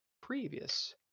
previous